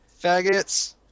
Faggots